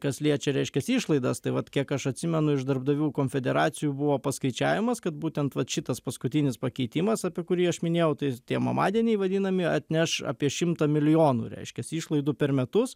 kas liečia reiškias išlaidas tai vat kiek aš atsimenu iš darbdavių konfederacijų buvo paskaičiavimas kad būtent vat šitas paskutinis pakeitimas apie kurį aš minėjau tai tie mamadieniai vadinami atneš apie šimtą milijonų reiškias išlaidų per metus